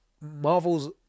Marvel's